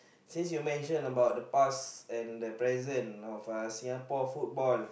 since you mention about the past and the present of Singapore football